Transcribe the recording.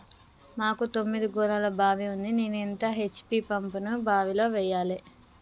మాకు తొమ్మిది గోళాల బావి ఉంది నేను ఎంత హెచ్.పి పంపును బావిలో వెయ్యాలే?